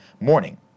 MORNING